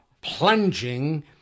plunging